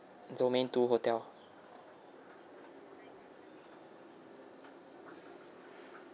domain two hotel